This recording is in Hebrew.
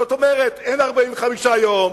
זאת אומרת, אין 45 יום,